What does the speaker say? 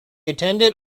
attended